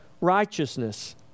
righteousness